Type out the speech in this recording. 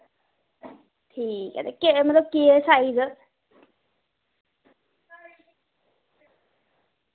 ठीक ऐ ते केह्ड़े मतलब केह् साइज